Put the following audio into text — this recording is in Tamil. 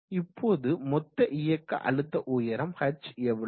இப்போது மொத்த இயக்க அழுத்த உயரம் h எவ்வளவு